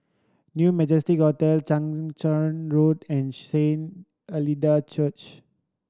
New Majestic Hotel Chang Charn Road and Saint Hilda Church